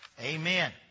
Amen